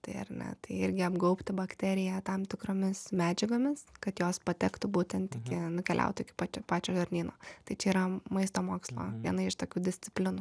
tai ar ne tai irgi apgaubti bakteriją tam tikromis medžiagomis kad jos patektų būtent iki nukeliautų iki pačio pačio žarnyno tai čia yra maisto mokslo viena iš tokių disciplinų